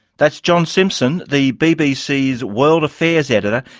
that's john simpson, the bbc's world affairs editor,